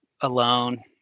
alone